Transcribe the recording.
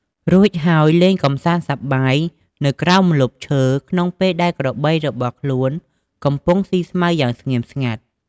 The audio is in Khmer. រួចហើយលេងកម្សាន្តសប្បាយនៅក្រោមម្លប់ឈើ ក្នុងពេលដែលក្របីរបស់ខ្លួនកំពុងស៊ីស្មៅយ៉ាងស្ងៀមស្ងាត់។